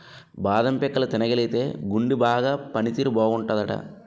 బాదం పిక్కలు తినగలిగితేయ్ గుండె బాగా పని తీరు బాగుంటాదట